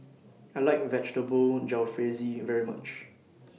I like Vegetable Jalfrezi very much